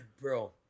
Bro